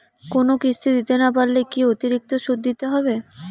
কোনো কিস্তি দিতে না পারলে কি অতিরিক্ত সুদ দিতে হবে?